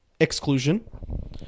exclusion